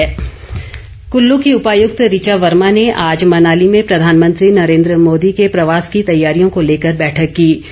उपायुक्त कुल्लू की उपायुक्त ऋचा वर्मा ने आज मनाली में प्रधानमंत्री नरेन्द्र मोदी के प्रवास की तैयारियों को लेकर बैठक काँ